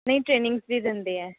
ਨਹੀਂ ਟਰੇਨਿੰਗਸ ਵੀ ਦਿੰਦੇ ਹੈ